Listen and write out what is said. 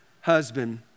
husband